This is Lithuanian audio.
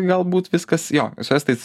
galbūt viskas jo su estais